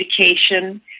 education